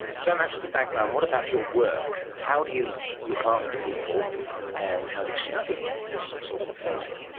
so much for the background, what about your work? how do you look after people and how do you study this sort of aphasia?